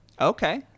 Okay